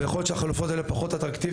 ויכול להיות שהחלופות האלה הן פחות אטרקטיביות,